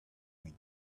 point